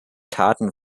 taten